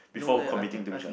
before committing to each other